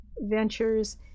Ventures